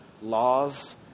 laws